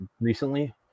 recently